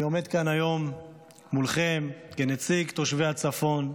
אני עומד כאן היום מולכם כנציג תושבי הצפון,